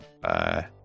Bye